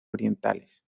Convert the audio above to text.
orientales